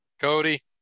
Cody